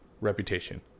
reputation